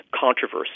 controversy